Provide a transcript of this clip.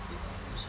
eight hours eh